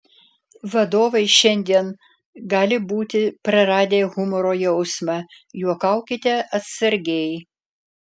vadovai šiandien gali būti praradę humoro jausmą juokaukite atsargiai